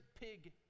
pig